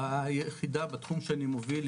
ביחידה בתחום שאני מוביל,